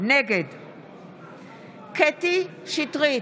נגד קטי קטרין שטרית,